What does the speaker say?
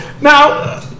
Now